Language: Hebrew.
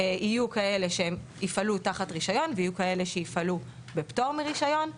יהיו כאלו שיפעלו תחת רישיון ויהיו כאלה שיפעלו בפטור מרישיון,